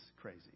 crazy